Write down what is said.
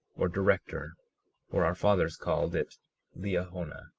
or director or our fathers called it liahona,